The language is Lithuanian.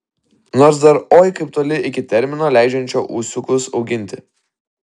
nors dar oi kaip toli iki termino leidžiančio ūsiukus auginti